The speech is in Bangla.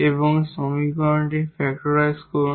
এবং এই সমীকরণটির ফ্যাক্টরাইজ করুন